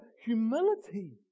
humility